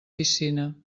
piscina